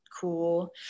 cool